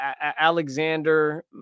Alexander